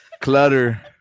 Clutter